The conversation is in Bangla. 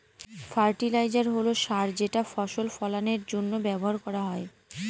ফার্টিলাইজার হল সার যেটা ফসল ফলানের জন্য ব্যবহার করা হয়